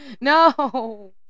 No